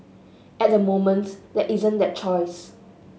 at the moment there isn't that choice